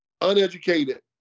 uneducated